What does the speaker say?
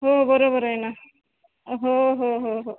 हो बरोबर आहे ना हो हो हो हो